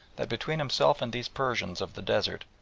that between himself and these persians of the desert,